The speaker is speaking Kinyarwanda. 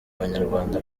abanyarwanda